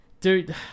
dude